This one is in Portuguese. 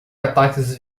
ataques